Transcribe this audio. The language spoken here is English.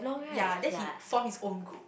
uh ya then he form his own group